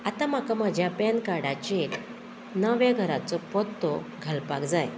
आतां म्हाका म्हज्या पॅन कार्डाचेर नव्या घराचो पत्तो घालपाक जाय